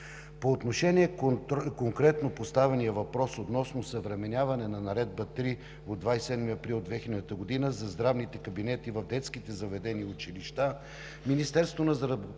По отношение на конкретно поставения въпрос относно осъвременяване на Наредба № 3 от 27 април 2000 г. за здравните кабинети в детските заведения и училищата Министерството на